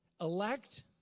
Elect